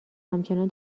همچنان